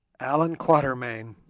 allan quatermain